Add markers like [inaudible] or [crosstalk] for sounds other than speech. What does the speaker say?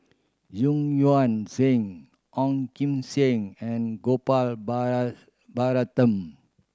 [unintelligible] Yuan Zhen Ong Kim Seng and Gopal [unintelligible] Baratham